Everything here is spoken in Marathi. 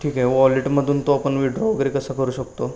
ठीक आहे वॉलेटमधून तो आपण विड्रॉ वगैरे कसं करू शकतो